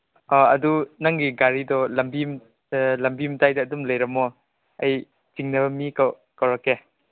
ꯑꯥ ꯑꯗꯨ ꯅꯪꯒꯤ ꯒꯥꯔꯤꯗꯣ ꯂꯝꯕꯤ ꯂꯝꯕꯤ ꯃꯇꯥꯏꯗ ꯑꯗꯨꯝ ꯂꯩꯔꯝꯃꯣ ꯑꯩ ꯆꯤꯡꯅꯕ ꯃꯤ ꯀꯧꯔꯛꯀꯦ